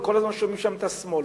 וכל הזמן שומעים שם את השמאל,